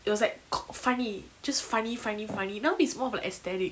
it was like funny just funny funny funny now is more of like aesthetic